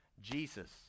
Jesus